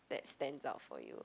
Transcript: that stands out for you